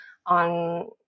on